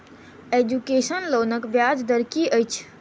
Education लोनक ब्याज दर की अछि?